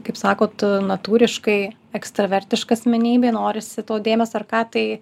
kaip sakot natūriškai ekstravertiška asmenybė norisi to dėmesio ar ką tai